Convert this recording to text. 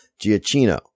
Giacchino